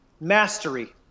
Mastery